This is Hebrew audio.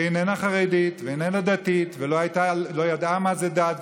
והיא איננה חרדית ואיננה דתית ולא ידעה מה זה דת,